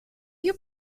you